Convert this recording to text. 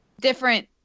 different